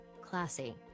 Classy